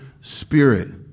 spirit